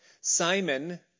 Simon